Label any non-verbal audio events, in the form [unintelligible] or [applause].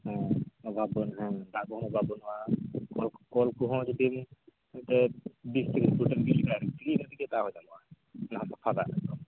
ᱚ ᱚᱵᱷᱟᱵ ᱵᱟᱹᱱᱩᱜ ᱦᱮᱸ ᱫᱟᱜ ᱠᱚᱦᱚᱸ ᱚᱵᱷᱟᱵ ᱵᱟᱹᱱᱩᱜᱼᱟ ᱠᱚᱞ ᱠᱚᱦᱚᱢ ᱡᱩᱫᱤᱢ ᱮᱱᱛᱮᱫ ᱵᱤᱥ ᱛᱤᱨᱤᱥ ᱯᱷᱩᱴᱮᱢ [unintelligible] ᱤᱱᱟᱹ ᱛᱮᱜᱮ ᱫᱟᱜ ᱦᱚᱸ ᱧᱟᱢᱚᱜᱼᱟ ᱚᱱᱟ ᱦᱚᱸ ᱥᱟᱯᱷᱟ ᱫᱟᱜ ᱮᱠᱫᱚᱢ